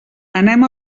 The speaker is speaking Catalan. anem